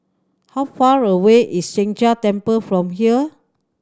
how far away is Sheng Jia Temple from here